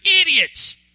idiots